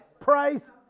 price